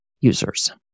users